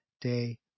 day